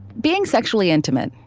being sexually intimate,